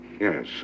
Yes